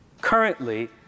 Currently